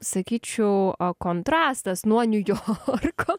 sakyčiau kontrastas nuo niujorko